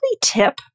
tip